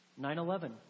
9-11